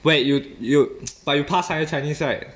wait you you but you pass higher chinese right